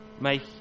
make